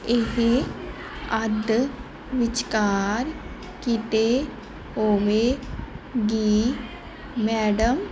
ਇਹ ਅੱਧ ਵਿਚਕਾਰ ਕਿਤੇ ਹੋਵੇਗੀ ਮੈਡਮ